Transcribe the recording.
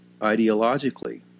ideologically